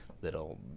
that'll